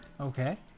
Okay